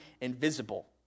invisible